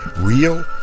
real